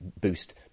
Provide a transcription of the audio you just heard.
boost